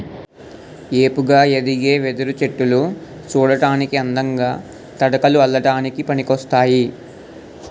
ఏపుగా ఎదిగే వెదురు చెట్టులు సూడటానికి అందంగా, తడకలు అల్లడానికి పనికోస్తాయి